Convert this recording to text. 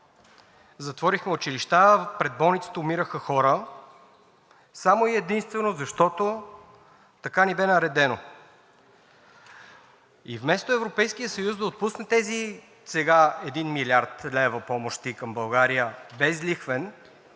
затворихме училища, пред болниците умираха хора само и единствено защото така ни бе наредено. И вместо Европейският съюз да отпусне сега тези 1 млрд. лв. помощи към България безлихвено,